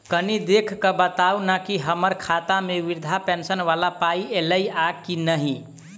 कनि देख कऽ बताऊ न की हम्मर खाता मे वृद्धा पेंशन वला पाई ऐलई आ की नहि?